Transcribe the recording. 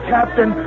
Captain